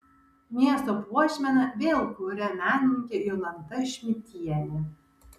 miesto puošmeną vėl kuria menininkė jolanta šmidtienė